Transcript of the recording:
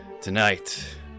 tonight